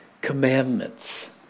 commandments